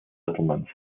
settlements